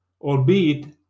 albeit